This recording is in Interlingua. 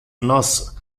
nos